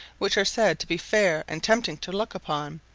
which are said to be fair and tempting to look upon,